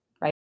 right